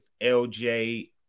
LJ